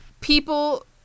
People